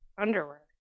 underwear